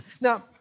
Now